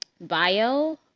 bio